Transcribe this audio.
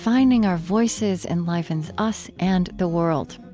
finding our voices enlivens us and the world.